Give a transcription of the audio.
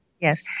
Yes